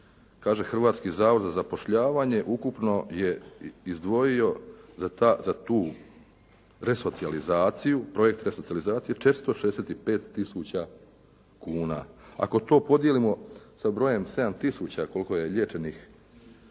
Hrvatski zavod za zapošljavanje ukupno je izdvojio za tu resocijalizaciju, projekt resocijalizacije 465 tisuća kuna. Ako to podijelimo sa brojem 7 tisuća koliko je liječenih